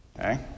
okay